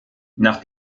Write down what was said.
nach